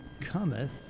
cometh